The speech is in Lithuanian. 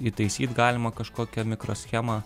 įtaisyt galima kažkokią mikroschemą